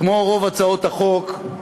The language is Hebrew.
כמו רוב הצעות החוק,